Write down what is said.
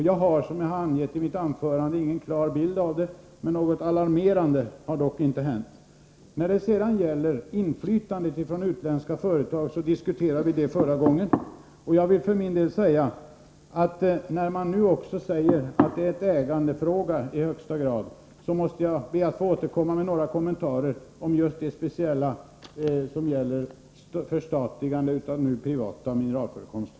Jag har, som jag angett i mitt anförande, ingen klar bild av detta, men något alarmerande har dock inte hänt. Inflytandet från utländska företag diskuterade vi tidigare, och när man nu säger att det i högsta grad är en ägandefråga, måste jag be att få återkomma med några kommentarer om just de speciella förhållanden som gäller förstatligande av mineralförekomster som nu är privata.